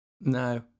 No